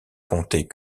comptait